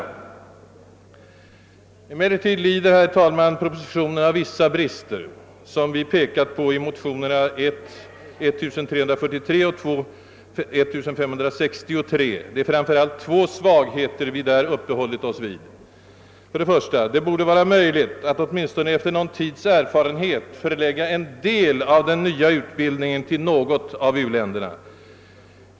Emellertid lider propositionen av vissa brister, som vi fäst uppmärksamheten på i motionerna I: 1343 och II: 1563. Det är framför allt två svagheter vi där uppehållit oss vid. Det borde för det första vara möjligt att åtminstone efter någon tids erfarenhet förlägga en del av den nya utbildningen till något av u-länderna.